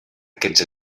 aquests